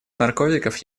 наркотиков